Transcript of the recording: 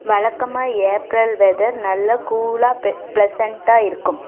வழக்கமா April weather நல்லா கூலாக ப ப்ளசண்ட்டாக இருக்கும்